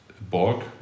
BORG